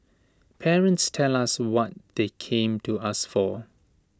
parents tell us what they came to us for